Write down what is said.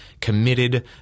committed